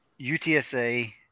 UTSA